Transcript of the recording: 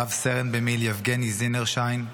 רב-סרן במיל' יבגני זינרשיין,